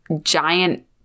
giant